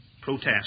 protest